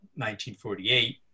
1948